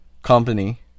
Company